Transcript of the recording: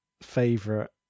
favorite